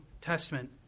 Testament